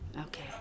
Okay